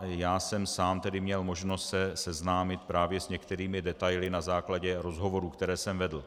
Já jsem sám měl možnost se seznámit s některými detaily na základě rozhovorů, které jsem vedl.